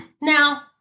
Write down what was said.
Now